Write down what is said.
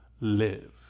live